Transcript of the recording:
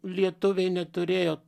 lietuviai neturėjo